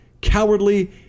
cowardly